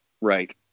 right